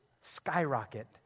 skyrocket